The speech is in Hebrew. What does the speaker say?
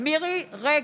מירי רגב,